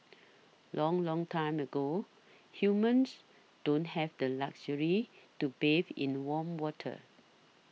long long time ago humans don't have the luxury to bathe in warm water